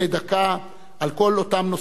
על כל אותם נושאים שהיו מטרידים אותו.